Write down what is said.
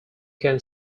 can